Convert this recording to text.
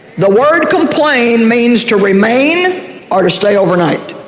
the word complain means to remain or to stay overnight,